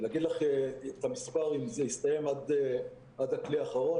להגיד לך את המספר והאם זה הסתיים עד הכלי האחרון,